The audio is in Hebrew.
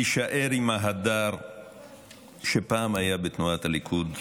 תישאר עם ההדר שפעם היה בתנועת הליכוד.